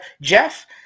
Jeff